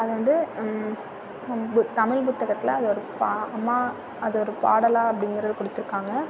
அது வந்து தமிழ் புத்தகத்தில் அது ஒரு அது ஒரு பாடலாக அப்டிங்கிறது கொடுத்துருக்காங்க